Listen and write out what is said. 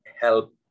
help